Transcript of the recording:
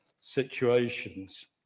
situations